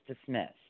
dismissed